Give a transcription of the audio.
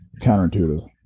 counterintuitive